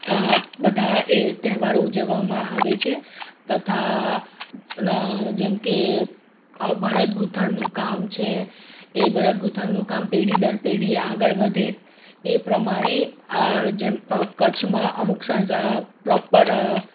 બધા એ તહેવારો ઉજવવામાં આવે છે તથા જેમ કે ભરતગુંથણનું કામ છે એ ભરતગુંથણનું કામ પેઢી દર પેઢીએ આગળ વધે એ પ્રમાણે જેમ કચ્છમાં અમુક પ્રોપર